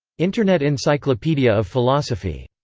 internet encyclopedia of philosophy.